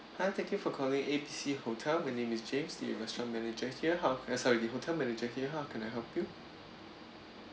hi thank you for calling A B C hotel my name is james the restaurant manager here how uh sorry the hotel manager here how can I help you